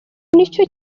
nicyo